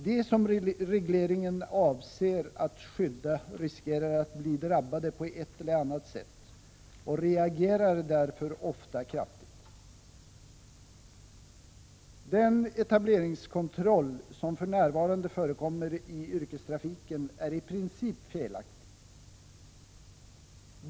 De som regleringen avser att skydda riskerar att bli drabbade på ett eller annat sätt och reagerar därför ofta kraftigt. Den etableringskontroll som för närvarande förekommer i yrkestrafiken är i princip felaktig.